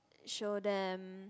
show them